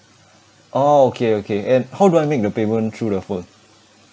orh okay okay and how do I make the payment through the phone